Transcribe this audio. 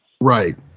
Right